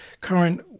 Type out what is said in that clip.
current